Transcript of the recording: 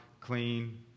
clean